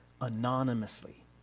anonymously